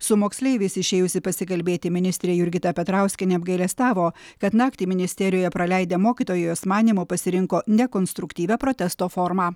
su moksleiviais išėjusi pasikalbėti ministrė jurgita petrauskienė apgailestavo kad naktį ministerijoje praleidę mokytojai jos manymu pasirinko nekonstruktyvią protesto formą